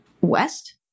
west